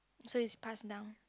so is pass down